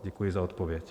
Děkuji za odpověď.